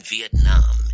Vietnam